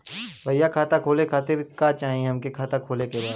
भईया खाता खोले खातिर का चाही हमके खाता खोले के बा?